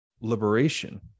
liberation